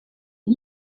est